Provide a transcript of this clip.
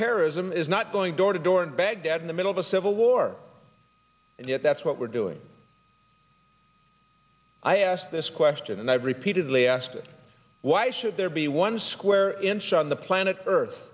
terrorism is not going door to door in baghdad in the middle of a civil war and yet that's what we're doing i asked this question and i've repeatedly asked it why should there be one square inch on the planet earth